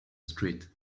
street